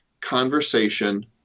conversation